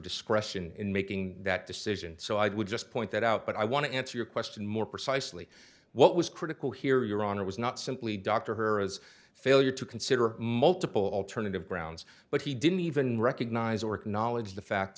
discretion in making that decision so i would just point that out but i want to answer your question more precisely what was critical here your honor was not simply dr her as failure to consider multiple alternative grounds but he didn't even recognize or acknowledge the fact